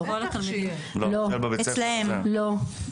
לא.